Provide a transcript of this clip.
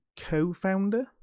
co-founder